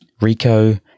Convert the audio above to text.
Rico